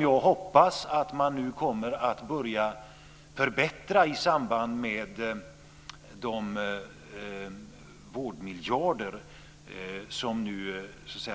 Jag hoppas att man kommer att börja förbättra detta i samband med de vårdmiljarder som